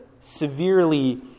severely